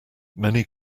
many